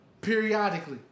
periodically